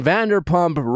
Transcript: Vanderpump